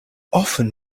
often